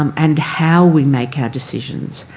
um and how we make our decisions,